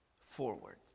forward